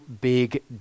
big